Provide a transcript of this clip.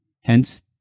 hence